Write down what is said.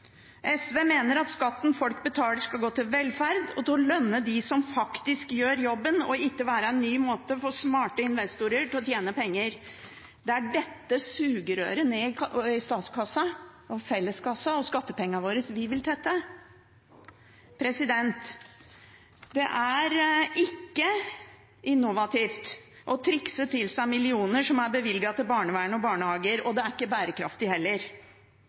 SV mener at skatten folk betaler, skal gå til velferd og til å lønne dem som faktisk gjør jobben, og ikke være en ny måte for smarte investorer å tjene penger på. Det er dette sugerøret ned i statskassen, felleskassen og skattepengene våre, vi vil tette. Det er ikke innovativt å trikse til seg millioner som er bevilget til barnevern og barnehager, og det er ikke bærekraftig heller.